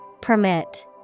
Permit